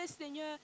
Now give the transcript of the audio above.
Seigneur